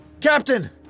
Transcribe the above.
Captain